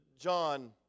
John